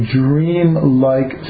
dream-like